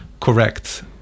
correct